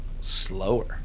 slower